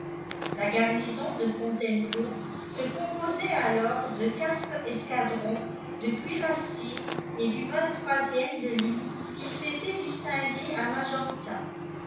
la garnison de fontainebleau se composait alors de quatre escadrons de cuirassiers et du ème de ligne qui s'était distingué à magenta